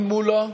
הכול קורה מעצמו,